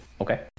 Okay